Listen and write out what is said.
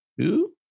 two